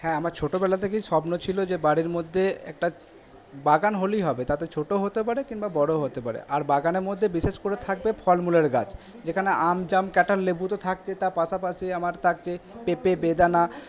হ্যাঁ আমার ছোটোবেলা থেকেই স্বপ্ন ছিলো যে বাড়ির মধ্যে একটা বাগান হলেই হবে তাতে ছোটো হতে পারে কিংবা বড়োও হতে পারে আর বাগানের মধ্যে বিশেষ করে থাকবে ফলমূলের গাছ যেখানে আম জাম কাঁঠাল লেবু তো থাকছে তার পাশাপাশি আমার থাকছে পেঁপে বেদানা